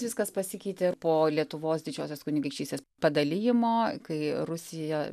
viskas pasikeitė po lietuvos didžiosios kunigaikštystės padalijimo kai rusija